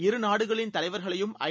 இருநாடுகளின்தலைவர்களையும்ஐ